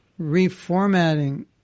reformatting